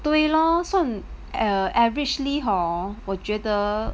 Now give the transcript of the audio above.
对 lor 算 err averagely hor 我觉得